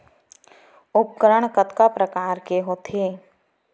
उपकरण कतका प्रकार के होथे?